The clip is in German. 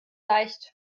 leicht